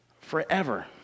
forever